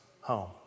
home